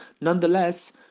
Nonetheless